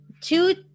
two